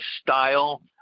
style